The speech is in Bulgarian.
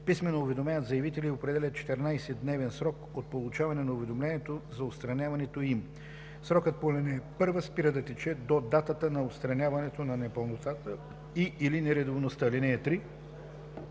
писмено уведомяват заявителя и определят 14-дневен срок от получаването на уведомлението за отстраняването им. Срокът по ал. 1 спира да тече до датата на отстраняването на непълнотата и/или нередовността. (3)